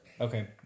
Okay